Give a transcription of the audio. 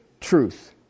Truth